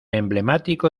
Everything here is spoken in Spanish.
emblemático